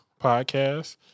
podcast